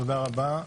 תודה רבה.